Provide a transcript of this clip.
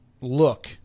look